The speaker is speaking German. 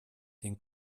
den